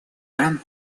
иран